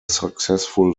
successful